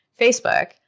Facebook